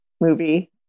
movie